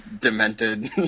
demented